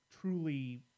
truly